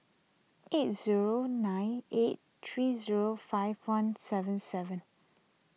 eight zero nine eight three zero five one seven seven